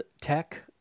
tech